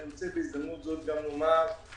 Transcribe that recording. אני רוצה בהזדמנות זאת גם לומר שתעשיית